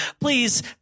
please